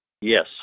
Yes